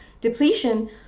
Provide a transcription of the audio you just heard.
depletion